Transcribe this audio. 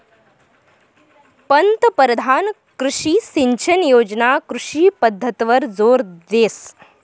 पंतपरधान कृषी सिंचन योजना कृषी पद्धतवर जोर देस